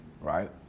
right